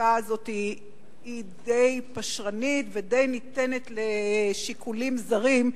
החקיקה הזאת היא די פשרנית ודי ניתנת לשיקולים זרים,